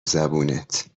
زبونت